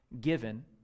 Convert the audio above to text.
given